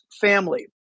family